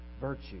virtue